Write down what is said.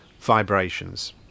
Vibrations